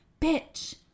bitch